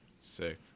sick